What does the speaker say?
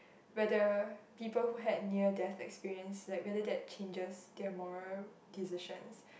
whether people who had near that experience like whether that changes their moral decision